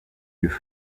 lieu